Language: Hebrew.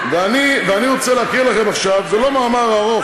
ואני רוצה להקריא לכם עכשיו, זה לא מאמר ארוך,